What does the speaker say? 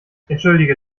entschuldige